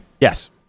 Yes